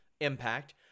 Impact